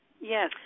Yes